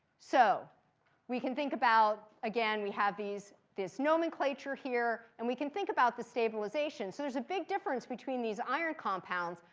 so we can think about, again, we have this nomenclature here. and we can think about the stabilization. so there's a big difference between these iron compounds.